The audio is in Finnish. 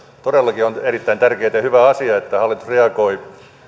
todellakin on erittäin tärkeää ja hyvä asia että hallitus reagoi